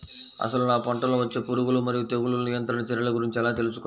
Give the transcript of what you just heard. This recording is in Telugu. అసలు నా పంటలో వచ్చే పురుగులు మరియు తెగులుల నియంత్రణ చర్యల గురించి ఎలా తెలుసుకోవాలి?